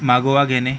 मागोवा घेणे